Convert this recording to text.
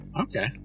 Okay